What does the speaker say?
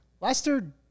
Lester